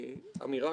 של שלטון העם.